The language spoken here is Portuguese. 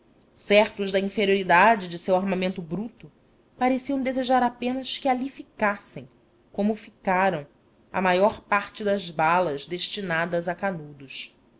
certos da inferioridade de seu armamento bruto pareciam desejar apenas que ali ficassem como ficaram a maior parte das balas destinadas a canudos